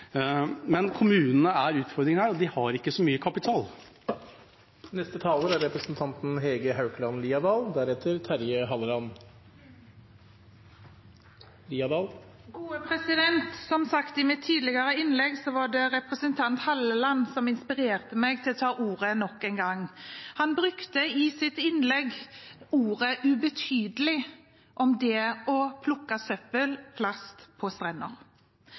Men kommunene er utfordringen her – de har ikke så mye kapital. Som sagt i et tidligere innlegg var det representanten Halleland som inspirerte meg til å ta ordet – nok en gang. Han brukte i sitt innlegg ordet ubetydelig om det å plukke søppel og plast på strender.